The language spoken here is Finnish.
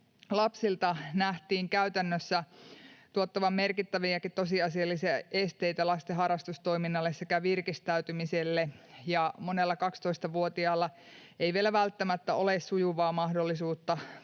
lapsilta nähtiin käytännössä tuottavan merkittäviäkin tosiasiallisia esteitä lasten harrastustoiminnalle sekä virkistäytymiselle. Monella 12-vuotiaalla ei vielä välttämättä ole sujuvaa mahdollisuutta